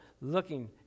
looking